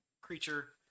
creature